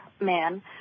man